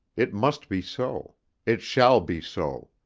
it must be so it shall be so.